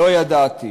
לא ידעתי.